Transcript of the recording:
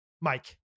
Mike